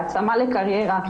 בהעצמה לקריירה,